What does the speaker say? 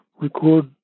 record